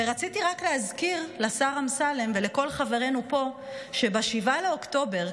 ורציתי רק להזכיר לשר אמסלם ולכל חברינו פה שב-7 באוקטובר,